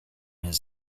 his